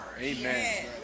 Amen